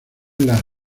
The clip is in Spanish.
las